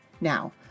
Now